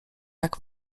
jak